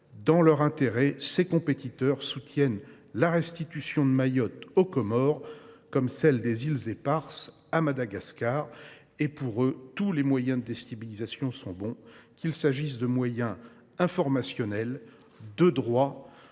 Dans leur propre intérêt, ces compétiteurs soutiennent la « restitution » de Mayotte aux Comores, ainsi que celle des îles Éparses à Madagascar. Pour eux, tous les moyens de déstabilisation sont bons, qu’ils soient informationnels, de droit